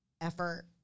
effort